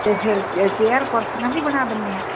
ਅਤੇ ਫਿਰ ਚੇ ਚੇਅਰ ਕੁਰਸੀਆਂ ਵੀ ਬਣਾ ਦਿੰਦੇ ਆ